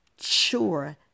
sure